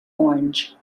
orange